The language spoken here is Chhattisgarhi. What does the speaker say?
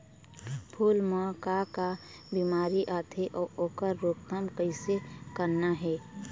फूल म का का बिमारी आथे अउ ओखर रोकथाम कइसे करना हे?